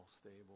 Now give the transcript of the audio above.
stable